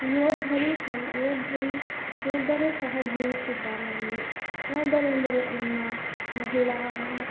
ಯೋಧರು ಸಮ ಯೋಧರು ಯೋಧರೂ ಸಹ ಜೀವಿಸಿದ್ದಾರೆ ಅಲ್ಲಿ ಯೋಧರೆಂದರೆ ನಮ್ಮ ಮಹಿಳಾ